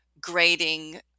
grading